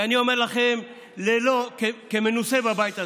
ואני אומר לכם כמנוסה בבית הזה,